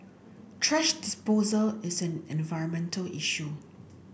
thrash disposal is an environmental issue